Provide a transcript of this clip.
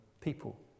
people